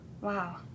Wow